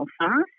fast